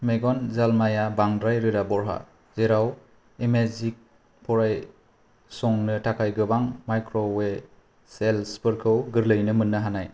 मेगन जोलमाया बांद्राय रोदा बह्रा जेराव इमेजिं फरायसंनो थाखाय गोबां माइक्र'वेसेल्फोसरखौ गोरलैयै मोननो हानाय